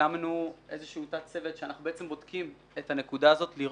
הקמנו איזשהו תת צוות ואנחנו בעצם בודקם את הנקודה הזאת כדי